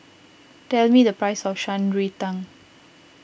tell me the price of Shan Rui Tang